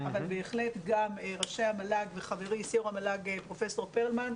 אבל בהחלט גם ראשי המל"ג וחברי סיו"ר המל"ג פרופ' פרלמן,